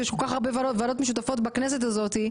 יש כל כך הרבה ועדות משותפות בכנסת הזאת,